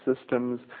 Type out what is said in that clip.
systems